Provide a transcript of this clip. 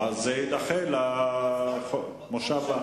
זה יהיה תקף